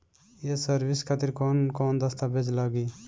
ये सर्विस खातिर कौन कौन दस्तावेज लगी?